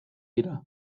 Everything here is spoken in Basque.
dira